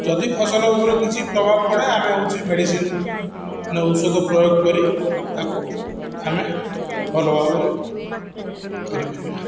ଯଦି ଫସଲ ମୋର କିଛି ପ୍ରଭାବ ପଡ଼େ ଆମେ ହଉଛି ମେଡ଼ିସିନ ନା ଔଷଧ ପ୍ରୟୋଗ କରି ତାକୁ ଆମେ ଭଲ ଭାବରେ କରିପାରିବା